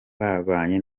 babanye